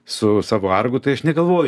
su savo argu tai aš negalvoju